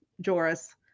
Joris